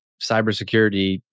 cybersecurity